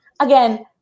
again